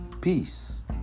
Peace